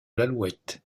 l’alouette